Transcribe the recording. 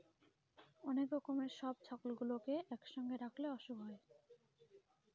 অনেক রকমের সব ছাগলগুলোকে একসঙ্গে রাখলে অসুখ হয়